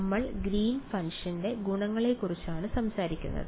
നമ്മൾ ഗ്രീൻ ഫംഗ്ഷന്റെ Green's function ഗുണങ്ങളെക്കുറിച്ചാണ് സംസാരിക്കുന്നത്